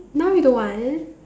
now you don't want